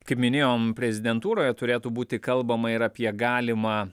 kaip minėjom prezidentūroje turėtų būti kalbama ir apie galimą